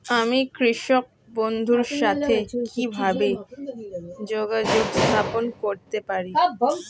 আমি কৃষক বন্ধুর সাথে কিভাবে যোগাযোগ স্থাপন করতে পারি?